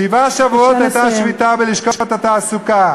שבעה שבועות הייתה שביתה בלשכות התעסוקה,